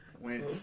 went